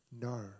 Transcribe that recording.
No